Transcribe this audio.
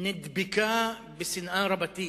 שנדבקה בשנאה רבתי,